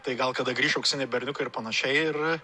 tai gal kada grįš auksiniai berniukai ir panašiai ir